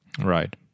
Right